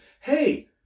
Hey